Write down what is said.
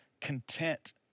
content